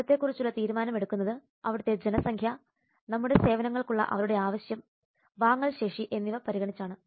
നഗരത്തെക്കുറിച്ചുള്ള തീരുമാനം എടുക്കുന്നത് അവിടുത്തെ ജനസംഖ്യ നമ്മുടെ സേവനങ്ങൾക്കുള്ള അവരുടെ ആവശ്യം വാങ്ങൽ ശേഷി എന്നിവ പരിഗണിച്ചാണ്